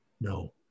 No